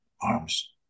arms